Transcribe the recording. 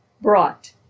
brought